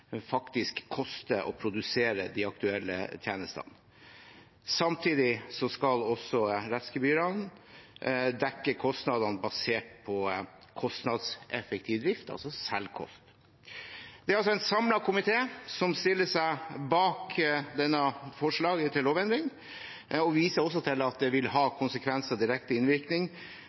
faktisk koster å produsere de aktuelle tjenestene. Samtidig skal rettsgebyrene også dekke kostnadene basert på kostnadseffektiv drift, altså selvkost. Det er en samlet komité som stiller seg bak dette forslaget til lovendring. Jeg viser også til at det vil ha konsekvenser for og direkte innvirkning